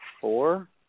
four